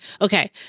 Okay